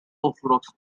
orthodox